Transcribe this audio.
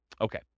Okay